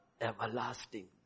everlasting